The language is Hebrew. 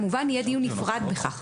כמובן יהיה דיון נפרד בכך.